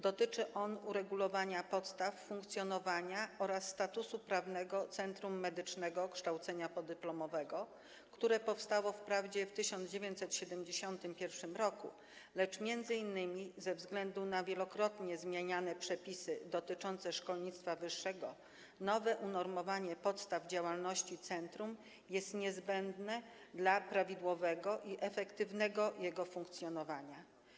Dotyczy on uregulowania podstaw funkcjonowania oraz statusu prawnego Centrum Medycznego Kształcenia Podyplomowego, które powstało wprawdzie w 1971 r., lecz - m.in. ze względu na wielokrotnie zmieniane przepisy dotyczące szkolnictwa wyższego - nowe unormowanie podstaw działalności centrum jest niezbędne dla jego prawidłowego i efektywnego funkcjonowania.